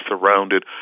surrounded